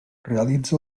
realitza